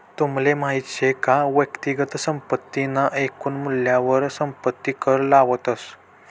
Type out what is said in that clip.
तुमले माहित शे का वैयक्तिक संपत्ती ना एकून मूल्यवर संपत्ती कर लावतस